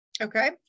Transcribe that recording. Okay